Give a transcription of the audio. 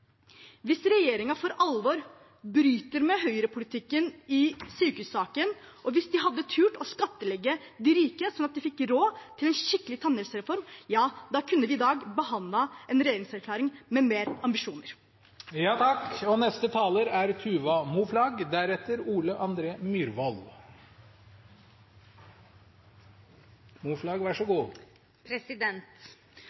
Hvis regjeringen for alvor bryter med høyrepolitikken i sykehussaken, og hvis den hadde turt å skattlegge de rike, slik at den fikk råd til en skikkelig tannhelsereform, ja da kunne vi i dag behandlet en regjeringserklæring med flere ambisjoner. Arbeid til alle og